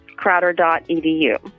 Crowder.edu